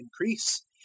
increase